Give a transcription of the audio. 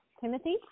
Timothy